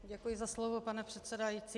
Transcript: Děkuji za slovo, pane předsedající.